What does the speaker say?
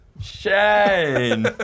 shane